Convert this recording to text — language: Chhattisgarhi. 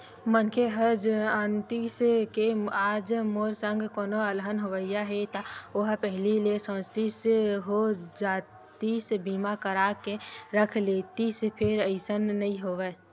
मनखे ह जानतिस के आज मोर संग कोनो अलहन होवइया हे ता ओहा पहिली ले सचेत हो जातिस बीमा करा के रख लेतिस फेर अइसन नइ होवय